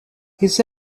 his